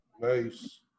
Nice